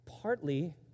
partly